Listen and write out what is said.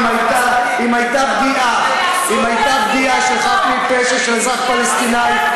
אם הייתה פגיעה באזרח פלסטיני חף מפשע,